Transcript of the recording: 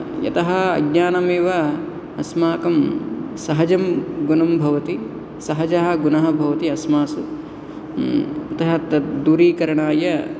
यतः अज्ञानमेव अस्माकं सहजं गुणं भवति सहजः गुणः भवति अस्मासु अतः तद्दूरीकरणाय